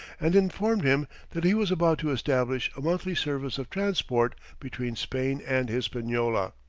and informed him that he was about to establish a monthly service of transport between spain and hispaniola.